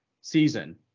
season